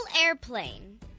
airplane